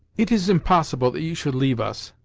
it is impossible that you should leave us.